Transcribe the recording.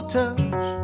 touch